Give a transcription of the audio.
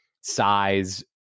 size